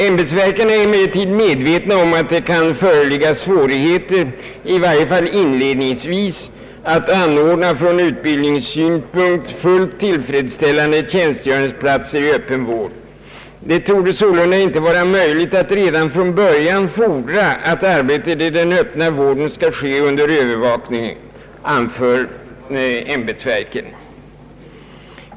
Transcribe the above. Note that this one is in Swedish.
Ämbetsverken är emellertid medvetna om att det kan föreligga svårigheter, i varje fall inledningsvis, att anordna från utbildningssynpunkt fullt tillfredsställande tjänstgöringsplatser i öppen vård. Det torde sålunda inte vara möjligt att redan från början fordra att arbetet i den öppna vården skall ske under övervakning, anför ämbetsverken.